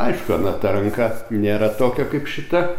aišku ana ta ranka nėra tokia kaip šita